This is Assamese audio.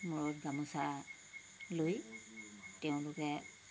মূৰত গামোচা লৈ তেওঁলোকে